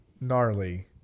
gnarly